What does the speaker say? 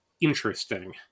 interesting